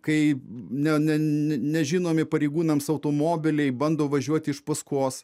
kai ne ne nežinomi pareigūnams automobiliai bando važiuoti iš paskos